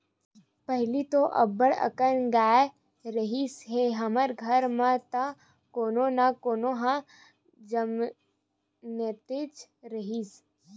पहिली तो अब्बड़ अकन गाय रिहिस हे हमर घर म त कोनो न कोनो ह जमनतेच राहय